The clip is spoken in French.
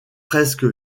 presque